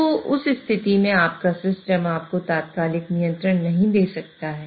तो उस स्थिति में आपका सिस्टम आपको तात्कालिक नियंत्रण नहीं दे सकता है